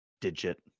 digit